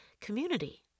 community